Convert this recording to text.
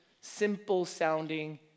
simple-sounding